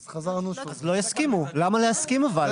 אז לא יסכימו, למה להסכים אבל?